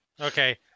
Okay